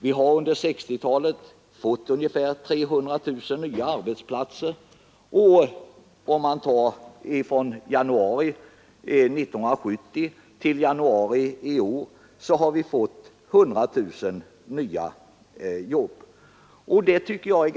Vi har under 1960-talet fått ungefär 300 000 nya arbetsplatser och under tiden från januari 1970 till januari i år har vi fått 100 000 nya jobb. Siffrorna är enligt AKU.